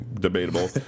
debatable